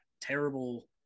terrible